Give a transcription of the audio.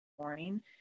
morning